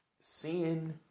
Seeing